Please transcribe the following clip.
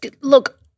look –